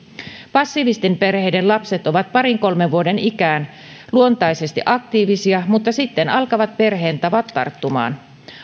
passiivisten perheiden lapset ovat parin kolmen vuoden ikään luontaisesti aktiivisia mutta sitten alkavat perheen tavat tarttumaan